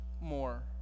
more